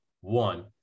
one